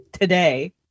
today